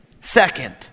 second